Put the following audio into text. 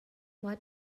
what